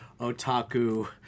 otaku